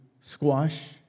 squash